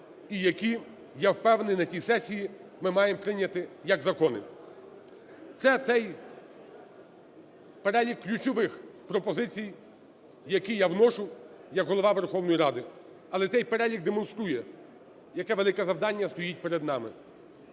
і які, я впевнений, на цій сесії ми маємо прийняти як закони. Це той перелік ключових пропозицій, які я вношу як Голова Верховної Ради. Але цей перелік демонструє, яке велике завдання стоїть перед нами.